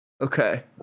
Okay